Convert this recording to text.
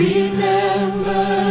Remember